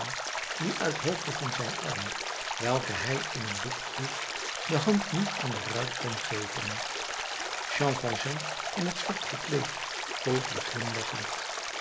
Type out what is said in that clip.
die uithoofde van zijn arm welken hij in een doek droeg de hand niet aan de bruid kon geven jean valjean in het zwart gekleed volgde glimlachend